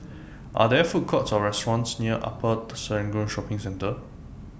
Are There Food Courts Or restaurants near Upper Serangoon Shopping Centre